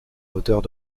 moteurs